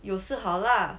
有是好 lah